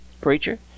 preacher